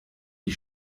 wie